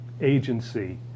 agency